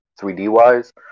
3D-wise